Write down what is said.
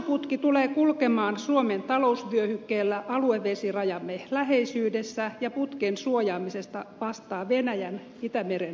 kaasuputki tulee kulkemaan suomen talousvyöhykkeellä aluevesirajamme läheisyydessä ja putken suojaamisesta vastaa venäjän itämeren laivasto